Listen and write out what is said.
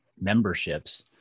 memberships